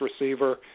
receiver